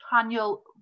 Daniel